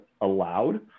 allowed